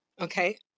Okay